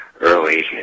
early